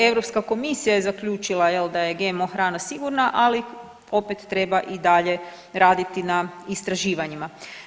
EU komisija je zaključila, je li, da je GMO hrana sigurna, ali opet treba i dalje raditi na istraživanjima.